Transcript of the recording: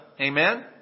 Amen